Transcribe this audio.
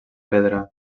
pedra